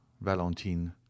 Valentine